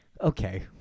okay